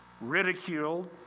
ridiculed